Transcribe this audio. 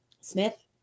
smith